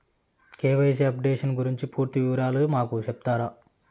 KYC updation గురించి పూర్తి వివరాలు మాకు సెప్తారా?